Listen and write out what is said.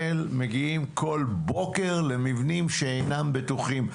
מגיעים כל בוקר למבנים שאינם בטוחים.